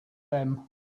them